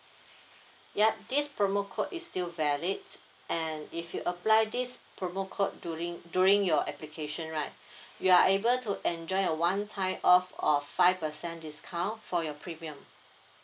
ya this promo code is still valid and if you apply this promo code during during your application right you're able to enjoy a one time off of five percent discount for your premium